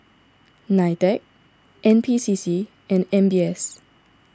Nitec N P C C and M B S